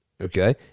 okay